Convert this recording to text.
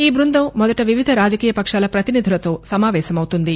ఈ బ్బందం మొదట వివిధ రాజకీయ పక్షాల ప్రతినిధులతో సమావేశమవుతుంది